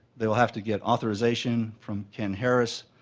they will have to get authorization from ken harris,